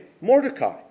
Mordecai